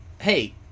Hey